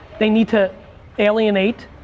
they need to alienate,